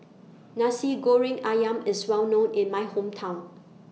Nasi Goreng Ayam IS Well known in My Hometown